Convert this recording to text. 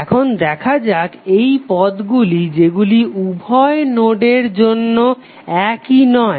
এখন দেখা যাক সেই পদগুলি যেগুলি উভয় নোডের জন্য একই নয়